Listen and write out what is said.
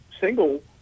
Single